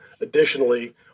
Additionally